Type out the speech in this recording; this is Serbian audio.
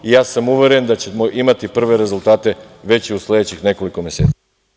Ja sam uveren da ćemo imati prve rezultate već u sledećih nekoliko meseci.